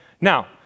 Now